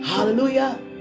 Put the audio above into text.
Hallelujah